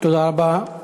תודה רבה.